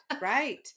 Right